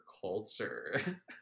culture